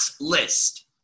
list